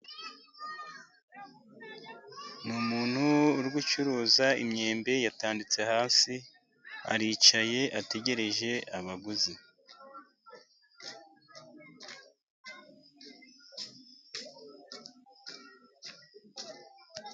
Ni umuntu uri gucuruza imyembe yataditse hasi, aricaye ategereje abaguzi.